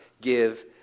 give